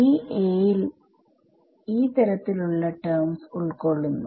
ഈ As ൽ ഈ തരത്തിൽ ഉള്ള ടെർമ്സ് ഉൾക്കൊള്ളുന്നു